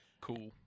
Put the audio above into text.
Cool